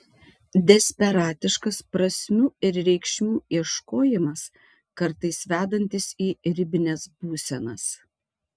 desperatiškas prasmių ir reikšmių ieškojimas kartais vedantis į ribines būsenas